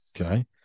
Okay